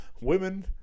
Women